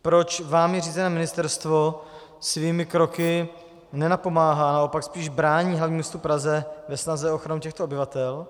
Proč vámi řízené ministerstvo svými kroky nenapomáhá, naopak spíš brání hlavnímu městu Praze ve snaze o ochranu těchto obyvatel?